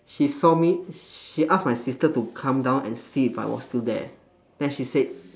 she saw me she ask my sister to come down and see if I was still there then she said